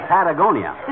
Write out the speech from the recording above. Patagonia